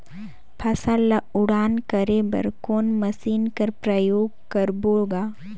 फसल ल उड़ान करे बर कोन मशीन कर प्रयोग करबो ग?